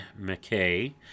McKay